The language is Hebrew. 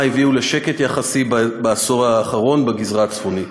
הביאו לשקט יחסי בעשור האחרון בגזרה הצפונית.